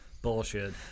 Bullshit